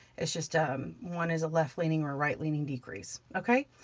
it's just ah um one is a left-leaning or right-leaning decrease, okay?